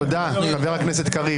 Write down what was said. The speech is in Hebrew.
תודה, חבר הכנסת קריב.